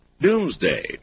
Doomsday